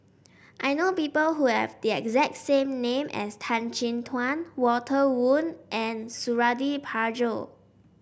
I know people who have the exact same name as Tan Chin Tuan Walter Woon and Suradi Parjo